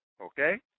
Okay